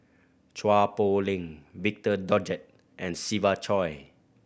Chua Poh Leng Victor Doggett and Siva Choy